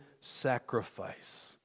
sacrifice